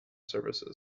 surfaces